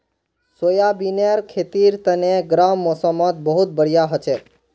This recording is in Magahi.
सोयाबीनेर खेतीर तने गर्म मौसमत बहुत बढ़िया हछेक